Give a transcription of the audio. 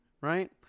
Right